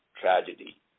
tragedy